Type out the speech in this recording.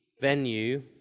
venue